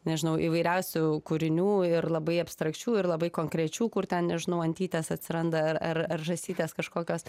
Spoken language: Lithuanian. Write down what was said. nežinau įvairiausių kūrinių ir labai abstrakčių ir labai konkrečių kur ten nežinau antytės atsiranda ar ar žąsytės kažkokios